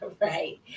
right